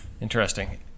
Interesting